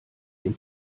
dem